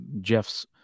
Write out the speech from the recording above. Jeff's